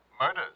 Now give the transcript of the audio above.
Murders